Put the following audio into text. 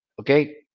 okay